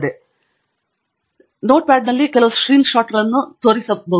ಇಲ್ಲಿ ನಾನು ನೋಟ್ಪಾಡ್ನಲ್ಲಿ ಕೆಲವು ಸ್ಕ್ರೀನ್ ಶಾಟ್ಗಳನ್ನು ತೋರಿಸಿದೆ